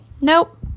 nope